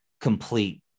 complete